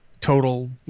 total